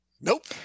Nope